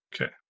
Okay